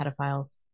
pedophiles